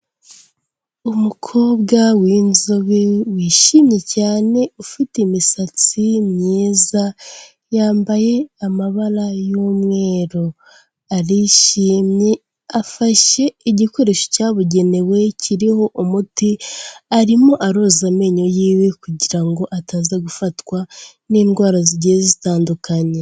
Umukobwa w'inzobe wishimye cyane ufite imisatsi myiza yambaye amabara y'umweru, arishimye afashe igikoresho cyabugenewe kiriho umuti arimo aroza amenyo yiwe kugira ngo ataza gufatwa n'indwara zigiye zitandukanye.